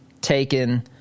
taken